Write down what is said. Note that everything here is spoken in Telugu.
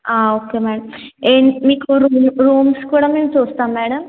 ఆ ఓకే మేడం ఏం మీకు రూ రూమ్స్ కూడా మేం చూస్తాం మేడం